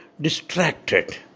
distracted